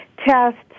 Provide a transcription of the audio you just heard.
tests